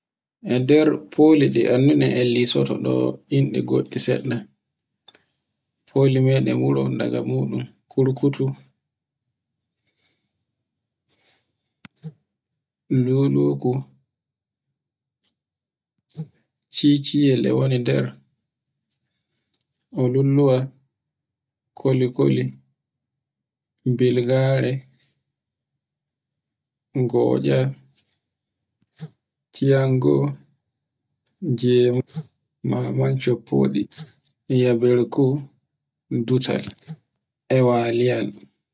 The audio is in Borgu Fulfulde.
E nder foli ɗi annduɗen en liso to ɗo, inde goɗɗi seɗɗa. Foli meɗen wuro daga muɗum, kurkutu, lutcuku, ciciyel e woni nder, holulluwa, koli-koli, bilgare, ngotsa, ciyango, iyaberku, dutcel e waliyal.